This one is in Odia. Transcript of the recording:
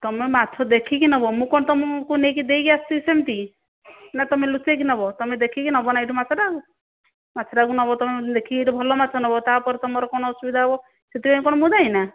ତୁମେ ମାଛ ଦେଖିକି ନେବ ମୁଁ କଣ ତୁମକୁ ନେଇକି ଦେଇକି ଆସିବି ସେମିତି କି ନା ତୁମେ ଲୁଚେଇକି ନେବ ତୁମେ ଦେଖିକି ନେବ ନା ଏଇଠୁ ମାଛଟା ଆଉ ମାଛଟାକୁ ନେବ ତୁମେ ଦେଖିକି ତ ଭଲ ମାଛ ନେବ ତା ପରେ ତୁମର କଣ ଅସୁବିଧା ହେବ ସେଥିପାଇଁ କଣ ମୁଁ ଦାୟୀ ନା